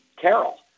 Carol